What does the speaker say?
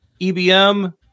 EBM